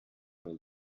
nel